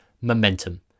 Momentum